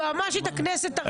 יועמ"שית הכנסת,